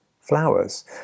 flowers